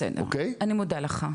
בסדר, אני מודה לך.